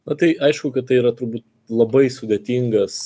na tai aišku kad tai yra turbūt labai sudėtingas